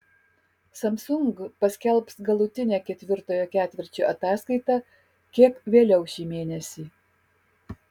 samsung paskelbs galutinę ketvirtojo ketvirčio ataskaitą kiek vėliau šį mėnesį